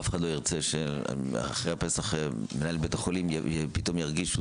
אף אחד לא ירצה שאחרי הפסח מנהל בית החולים פתאום ירגיש שהוא